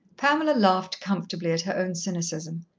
pamela laughed comfortably at her own cynicism.